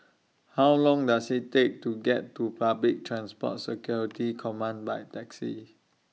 How Long Does IT Take to get to Public Transport Security Command By Taxi